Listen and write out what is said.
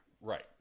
Right